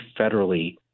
federally